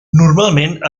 normalment